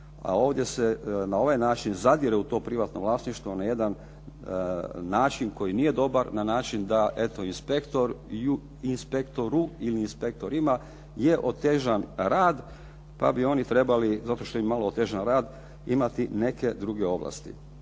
a ovdje se na ovaj način zadire u to privatno vlasništvo na jedan način na koji nije dobar na način da eto inspektoru ili inspektorima je otežan rad, pa bi oni trebali zato što im je otežan rad, imati neke druge ovlasti.